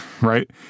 right